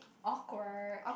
awkward